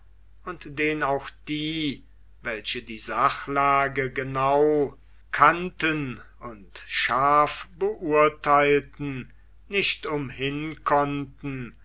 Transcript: und den auch die welche die sachlage genau kannten und scharf beurteilten nicht umhin konnten